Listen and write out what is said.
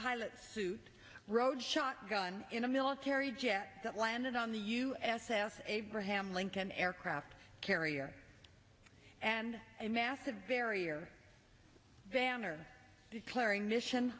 pilot suit rode shotgun in a military jet that landed on the u s s abraham lincoln aircraft carrier and a massive verrier banner declaring mission